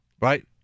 right